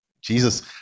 Jesus